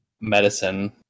medicine